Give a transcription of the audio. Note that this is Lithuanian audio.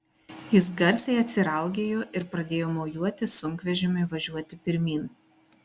jis garsiai atsiraugėjo ir pradėjo mojuoti sunkvežimiui važiuoti pirmyn